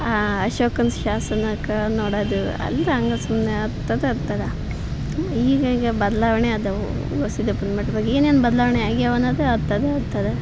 ಆ ಅಶೋಕನ ಶಾಸನಕ್ಕ ನೋಡೋದು ಅಲ್ಲಿ ಹಂಗ ಸುಮ್ಮನೆ ಹತ್ತದ ಹತ್ತದ ಈಗೀಗ ಬದಲಾವಣೆ ಅದಾವು ಗವಿ ಸಿದ್ಧಪ್ಪನ ಮಠದಾಗ ಏನು ಏನು ಬದಲಾವಣೆ ಆಗ್ಯವು ಅನ್ನದು ಹತ್ತದೆ ಹತ್ತದು